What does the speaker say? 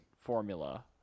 formula